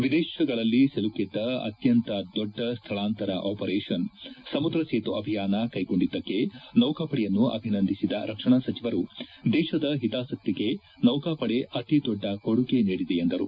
ವಿದೇತಗಳಲ್ಲಿ ಸಿಲುಕಿದ್ದ ಅತ್ಯಂತ ದೊಡ್ಡ ಸ್ಟಳಾಂತರ ಆಪರೇಷನ್ ಸಮುದ್ರ ಸೇತು ಅಭಿಯಾನ ಕೈಗೊಂಡಿದ್ದಕ್ಕೆ ನೌಕಾಪಡೆಯನ್ನು ಅಭಿನಂದಿಸಿದ ರಕ್ಷಣಾ ಸಚಿವರು ದೇಶದ ಹಿತಾಸಕ್ತಿಗೆ ನೌಕಾಪಡೆ ಅತಿ ದೊಡ್ಡ ಕೊಡುಗೆ ನೀಡಿದೆ ಎಂದರು